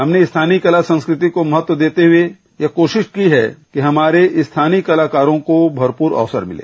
हमने स्थानीय कला संस्कृति को महत्व देते हुए यह कोशिश की है कि हमारे स्थानीय कलाकारों को भरपुर अवसर मिले